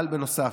אבל בנוסף,